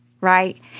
right